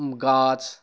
গাছ